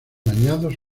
dañados